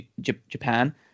Japan